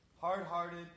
hard-hearted